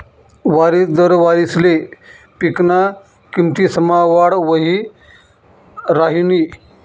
वरिस दर वारिसले पिकना किमतीसमा वाढ वही राहिनी